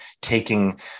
taking